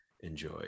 enjoy